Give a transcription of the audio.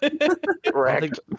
Correct